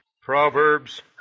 Proverbs